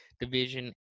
division